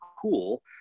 cool